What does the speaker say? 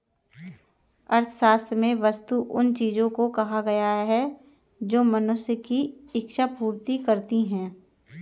अर्थशास्त्र में वस्तु उन चीजों को कहा गया है जो मनुष्य की इक्षा पूर्ति करती हैं